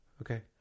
Okay